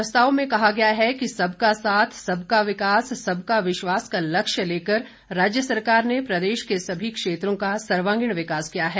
प्रस्ताव में कहा गया है कि सबका साथ सबका विकास सबका विश्वास का लक्ष्य लेकर राज्य सरकार ने प्रदेश के सभी क्षेत्रों का सर्वागीण विकास किया है